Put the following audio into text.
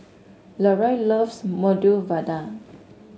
Leroy loves Medu Vada